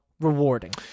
rewarding